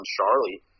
Charlie